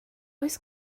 oes